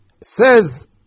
says